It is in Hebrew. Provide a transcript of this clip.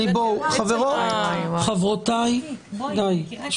חברותיי, די.